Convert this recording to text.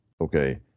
okay